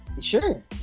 Sure